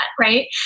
right